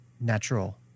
natural